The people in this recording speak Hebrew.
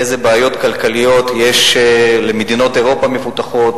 איזה בעיות כלכליות יש למדינות אירופה המפותחות.